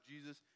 Jesus